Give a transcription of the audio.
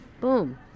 Boom